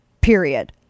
period